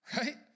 right